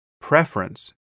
preference